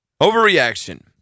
Overreaction